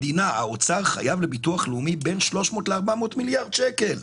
חייב לביטוח לאומי בין 300 ל-400 מיליארד שקל.